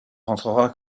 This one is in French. rentrera